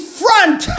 front